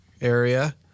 area